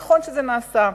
ונכון שזה נעשה,